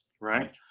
right